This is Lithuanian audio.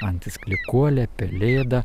antis klykuolė pelėda